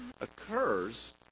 occurs